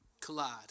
collide